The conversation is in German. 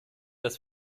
dass